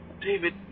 David